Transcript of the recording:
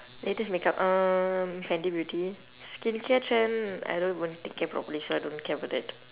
latest makeup uh fenty beauty skincare trend I don't even take care properly so I don't care about that